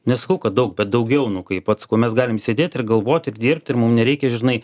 nesakau kad daug bet daugiau nu kai pats ko mes galim sėdėti ir galvoti ir dirbti ir mum nereikia žinai